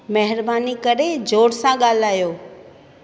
महिरबानी करे ज़ोर सां ॻाल्हायो